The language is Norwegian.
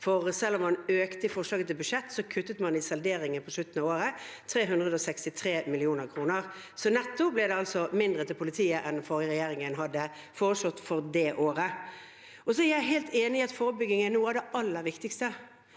for selv om man økte i forslaget til budsjett, kuttet man i salderingen på slutten av året 363 mill. kr. Netto ble det altså mindre til politiet enn det den forrige regjeringen hadde foreslått for det året. Så er jeg helt enig i at forebygging er noe av det aller viktigste